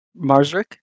marsrick